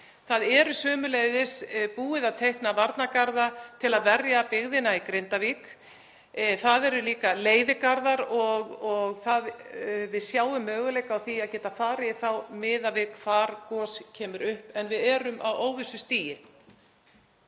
Það er sömuleiðis búið að teikna varnargarða til að verja byggðina í Grindavík. Það eru líka leiðigarðar og við sjáum möguleika á því að geta farið í þá miðað við hvar gos kemur upp. En við erum á óvissustigi.